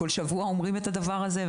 כל שבוע אומרים את הדבר הזה.